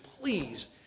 please